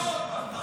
תחזור עוד פעם.